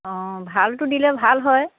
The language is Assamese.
অঁ ভালটো দিলে ভাল হয়